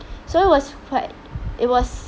so it was quite it was